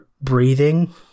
breathing